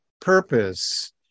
purpose